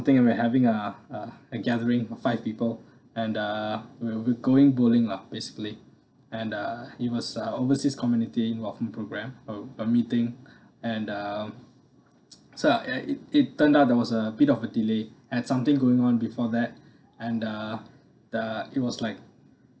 thing and we're having a a a gathering of five people and uh we're we're going bowling lah basically and uh it was a overseas community involvement programme a a meeting and um so uh it uh it it turned out there was a bit of a delay and something going on before that and uh uh it was like